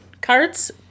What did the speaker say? cards